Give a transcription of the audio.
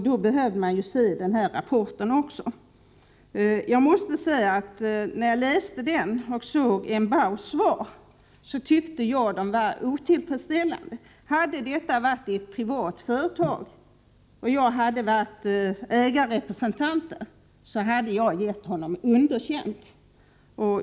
När jag läste rapporten och såg M'Bows svar tyckte jag att svaren var otillfredsställande. Hade detta förekommit i ett privat företag och jag varit ägarrepresentant där, skulle jag ha gett honom underkänt.